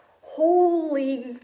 holy